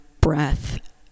breath